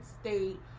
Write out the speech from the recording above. State